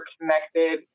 connected